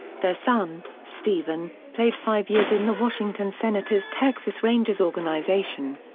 their son, stephen, played five years in the washington senators texas rangers organization.